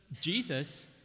Jesus